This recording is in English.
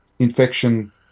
infection